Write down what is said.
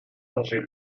manger